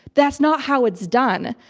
that's not how it's done.